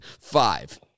five